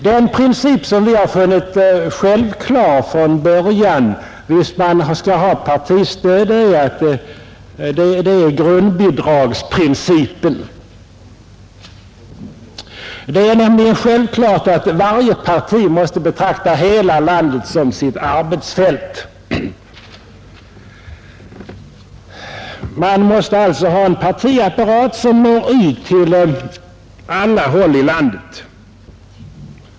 Den princip som vi har funnit självklar från början, om man skall ha partistöd, är grundbidragsprincipen. Det är nämligen självklart att varje parti måste betrakta hela landet som sitt arbetsfält. Man måste ha en partiapparat som når ut till alla delar av landet.